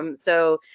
um so,